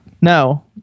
No